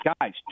Guys